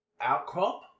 outcrop